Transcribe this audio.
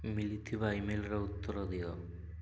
ମିଳିଥିବା ଇମେଲ୍ର ଉତ୍ତର ଦିଅ